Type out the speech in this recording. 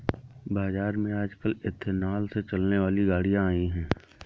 बाज़ार में आजकल एथेनॉल से चलने वाली गाड़ियां आई है